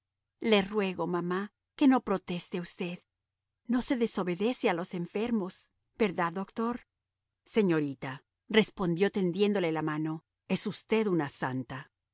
le ruego mamá que no proteste usted no se desobedece a los enfermos verdad doctor señorita respondió tendiéndole la mano es usted una santa